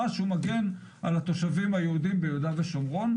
שהוא מגן על התושבים היהודים ביהודה ושומרון,